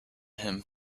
him